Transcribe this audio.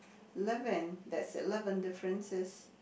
eleven that's eleven differences